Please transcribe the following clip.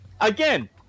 again